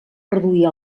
reduir